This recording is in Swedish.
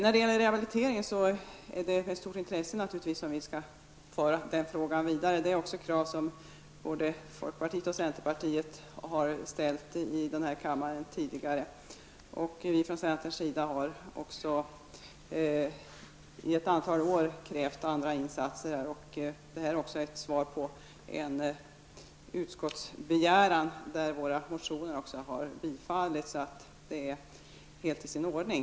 Frågan om rehabilitering skall vi med stort intresse föra vidare. Det är också ett krav som både folkpartiet och centern har ställt i den här kammaren tidigare. Vi i centern har också i ett antal år krävt andra insatser. Det här är också ett svar på en utskottsbegäran där våra motioner, helt i sin ordning, har bifallits.